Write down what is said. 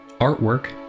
artwork